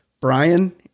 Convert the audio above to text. Brian